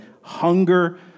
hunger